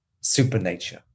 supernature